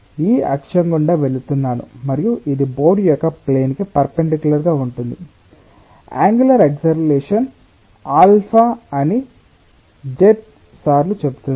కాబట్టి ఈ అక్షం గుండా వెళుతున్నాను మరియు ఇది బోర్డు యొక్క ప్లేన్ కి పెర్ఫెన్దికులర్ గా ఉంటుంది అంగుళర్ యాక్సిలరేషన్ ఆల్ఫా అని z సార్లు చెబుతుంది